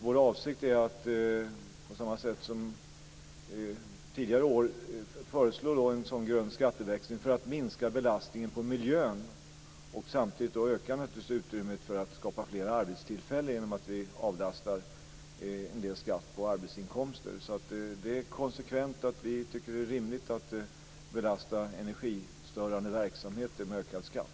Vår avsikt är att på samma sätt som tidigare år föreslå en sådan grön skatteväxling för att minska belastningen på miljön och samtidigt öka utrymmet för att skapa fler arbetstillfällen genom att vi avlastar en del skatt på arbetsinkomster. Det är konsekvent att vi tycker att det är rimligt att belasta energistörande verksamhet med ökad skatt.